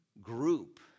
group